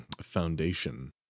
foundation